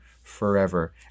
forever